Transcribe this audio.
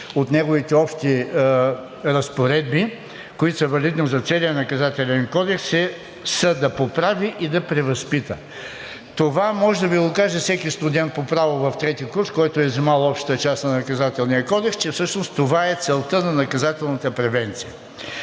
от неговите общи разпоредби, които са валидни за целия Наказателен кодекс, са „да поправи и да превъзпита“. Това може да Ви го каже всеки студент по право в трети курс, който е взел общата част на Наказателния кодекс – че всъщност това е целта на наказателната превенция.